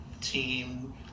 team